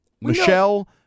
Michelle